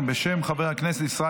חבריי חברי הכנסת,